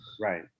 Right